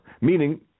meaning